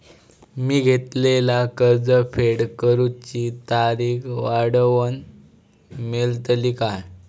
मी घेतलाला कर्ज फेड करूची तारिक वाढवन मेलतली काय?